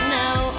now